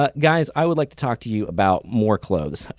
but guys, i would like to talk to you about more clothes.